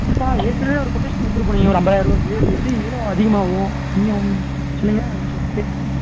இல்லைப்பா ஏற்கனவே ஒரு கொட்டேஷன் கொடுத்துட்டுப் போனீங்க ஒரு ஐம்பதாயிரூவாய்க்கி இப்போ எப்படி எவ்வளோ அதிகமாகவும் கம்மியாகவுன்னு சொன்னிங்கன்னா கொஞ்சம் பேசிக்கலாம்